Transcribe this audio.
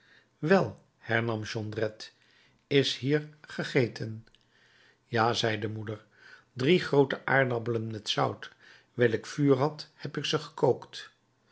wel hernam jondrette is hier gegeten ja zei de moeder drie groote aardappelen met zout wijl ik vuur had heb ik ze gekookt